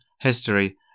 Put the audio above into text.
history